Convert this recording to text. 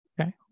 Okay